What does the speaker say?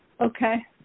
Okay